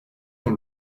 dans